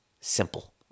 simple